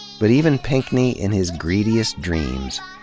but even pinckney, in his greediest dreams,